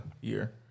year